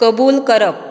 कबूल करप